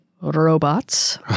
robots